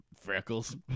freckles